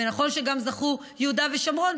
ונכון שגם זכו יהודה ושומרון,